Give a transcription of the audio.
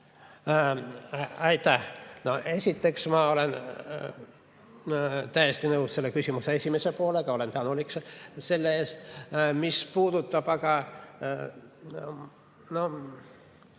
Aitäh! Esiteks, ma olen täiesti nõus selle küsimuse esimese poolega, olen tänulik selle eest. Mis puudutab aga ...